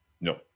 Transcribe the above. No